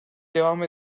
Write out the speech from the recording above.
devam